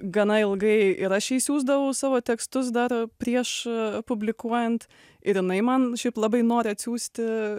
gana ilgai ir aš jai siųsdavau savo tekstus dar prieš publikuojant ir jinai man šiaip labai nori atsiųsti